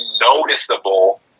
noticeable